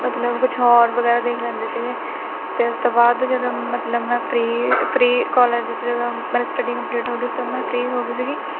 ਮਤਲਬ ਕੁਛ ਹੋਰ ਵਗੈਰਾ ਦੇਖ ਲੈਂਦੀ ਸੀਗੀ ਅਤੇ ਉਸ ਤੋਂ ਬਾਅਦ ਜਦੋਂ ਮਤਲਬ ਮੈਂ ਫ੍ਰੀ ਫ੍ਰੀ ਕੋਲਜ 'ਚ ਜਦੋਂ ਮਤਲਬ ਸਟੱਡੀ ਕੰਪਲੀਟ ਹੋ ਗਈ ਉਸ ਤੋਂ ਬਾਅਦ ਮੈਂ ਫ੍ਰੀ ਹੋ ਗਈ ਸੀਗੀ